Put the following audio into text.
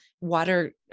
water